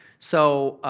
so,